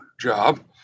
job